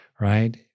right